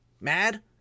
mad